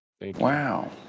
Wow